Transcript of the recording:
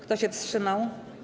Kto się wstrzymał?